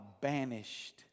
banished